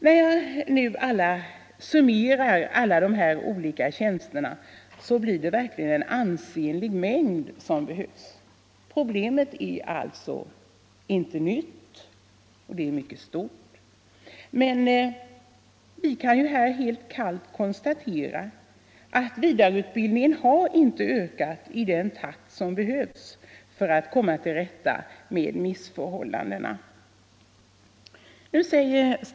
När man summerar alla dessa tjänster finner man att det är en ansenlig mängd sådana som behövs. Problemet är alltså inte nytt, och det är mycket stort. Vi kan helt kallt konstatera att vidareutbildningen inte har ökat i den takt som behövs för att vi skall komma till rätta med förhållandena.